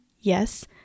yes